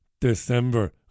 December